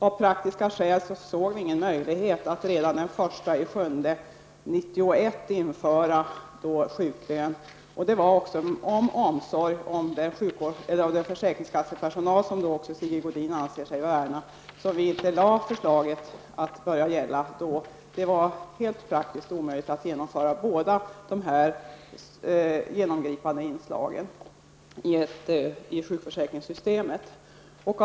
Av praktiska skäl såg vi ingen möjlighet att införa sjuklön redan den 1 juli 1991. Det var också av omsorg om försäkringskassepersonalen, som även Sigge Godin anser sig värna, som vi inte föreslog att ändringen skulle genomföras vid den tidpunkten. Det var helt praktiskt omöjligt att genomföra båda dessa genomgripande ändringar av sjukförsäkringssystemet samtidigt.